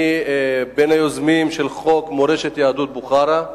אני בין היוזמים של חוק מורשת יהדות בוכרה.